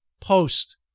post